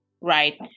right